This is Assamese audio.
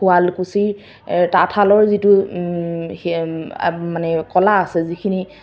শুৱালকুছিৰ তাঁতশালৰ যিটো মানে কলা আছে যিখিনি